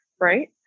Right